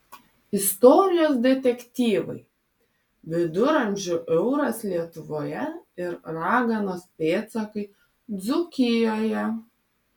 istorijos detektyvai viduramžių euras lietuvoje ir raganos pėdsakai dzūkijoje